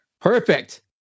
perfect